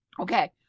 Okay